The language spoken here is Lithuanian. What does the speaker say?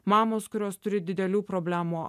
mamos kurios turi didelių problemų